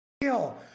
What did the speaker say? deal